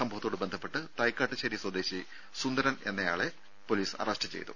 സംഭവത്തോട് ബന്ധപ്പെട്ട് തൈക്കാട്ടുശേരി സ്വദേശി സുന്ദരൻ എന്നയാളെ പൊലീസ് അറസ്റ്റ് ചെയ്തു